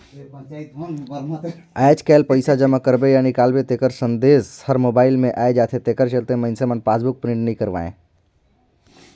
आयज कायल पइसा जमा करबे या निकालबे तेखर संदेश हर मोबइल मे आये जाथे तेखर चलते मइनसे मन पासबुक प्रिंट नइ करवायें